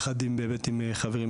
יחד עם חברי,